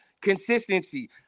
consistency